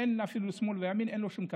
אין אפילו שמאל וימין, אין לו שום קצה,